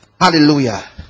Hallelujah